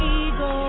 ego